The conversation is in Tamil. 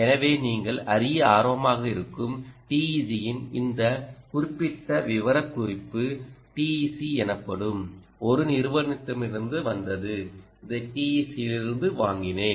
எனவே நீங்கள் அறிய ஆர்வமாக இருக்கும் TEG இன் இந்த குறிப்பிட்ட விவரக்குறிப்பு TEC எனப்படும் ஒரு நிறுவனத்திடமிருந்து வந்தது இதை TEC இலிருந்து வாங்கினேன்